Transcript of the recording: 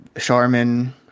Charmin